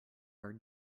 are